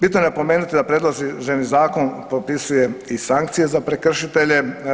Bitno je napomenuti da predloženi zakon propisuje i sankcije za prekršitelje.